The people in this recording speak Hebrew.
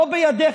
לא בידיך,